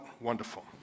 wonderful